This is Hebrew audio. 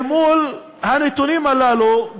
אל מול הנתונים הללו,